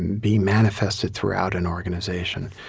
and be manifested throughout an organization?